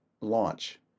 launch